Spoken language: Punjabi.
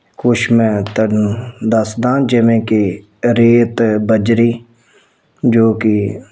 ਕੁਛ ਮੈਂ ਤੁਹਾਨੂੰ ਦੱਸਦਾ ਜਿਵੇਂ ਕਿ ਰੇਤ ਬਜਰੀ ਜੋ ਕਿ